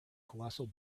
colossal